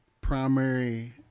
primary